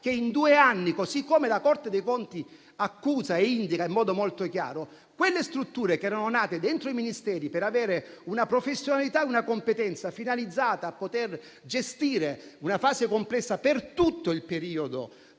che in due anni, così come la Corte dei conti indica in modo molto chiaro, quelle strutture, che erano nate nei Ministeri per avere una professionalità e una competenza finalizzata a gestire una fase complessa per tutto il periodo